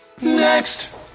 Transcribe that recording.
Next